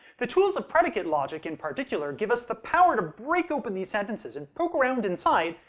the tools of predicate logic, in particular, give us the power to break open these sentences and poke around inside,